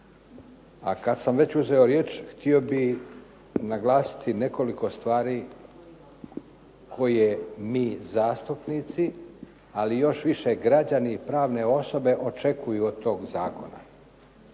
A kad sam već uzeo riječ htio bih naglasiti nekoliko stvari koje mi zastupnici, ali još više građani i pravne osobe očekuju od tog zakona.